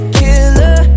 killer